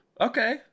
okay